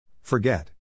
Forget